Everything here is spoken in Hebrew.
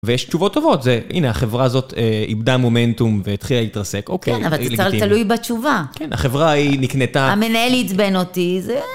ויש תשובות טובות, זה, הנה, החברה הזאת, אה... איבדה מומנטום והתחילה להתרסק, אוקיי, היא לגיטימית. כן, אבל זה צרי-תלוי בתשובה. כן, החברה היא נקנתה... המנהל עיצבן אותי, זה...